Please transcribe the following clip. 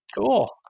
Cool